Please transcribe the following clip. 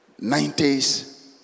90s